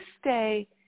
stay